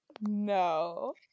No